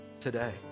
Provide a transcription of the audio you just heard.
today